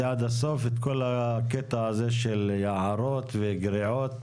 עד הסוף את כל העניין של יערות וגריעות.